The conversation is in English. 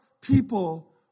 people